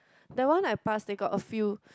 that one I pass they got a few